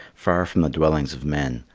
far from the dwellings of men,